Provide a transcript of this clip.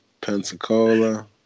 Pensacola